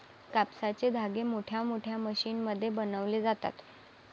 कापसाचे धागे मोठमोठ्या मशीनमध्ये बनवले जातात